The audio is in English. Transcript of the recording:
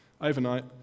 overnight